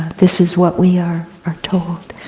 this is what we are are told.